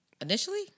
Initially